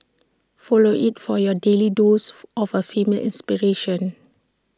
follow IT for your daily dose of A female inspiration